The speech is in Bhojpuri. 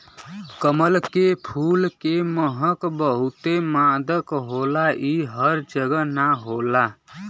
कमल के फूल के महक बहुते मादक होला इ हर जगह ना होला